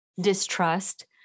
distrust